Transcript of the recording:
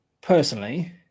personally